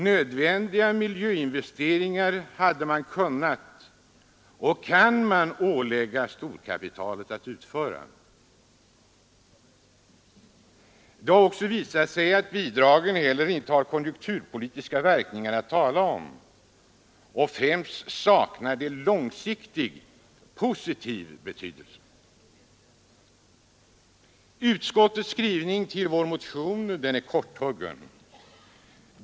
Nödvändiga miljöinvesteringar hade man kunnat och kan man ålägga storkapitalet att göra. Det har också visat sig att bidragen inte heller har konjunkturpolitiska verkningar att tala om, och främst saknar de långsiktig positiv betydelse. Utskottets skrivning om vår motion är korthuggen.